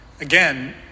Again